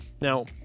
Now